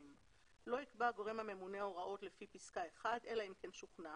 (2)לא יקבע הגורם הממונה הוראות לפי פסקה (1) אלא אם כן שוכנע